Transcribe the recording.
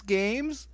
games